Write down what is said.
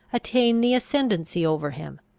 attain the ascendancy over him?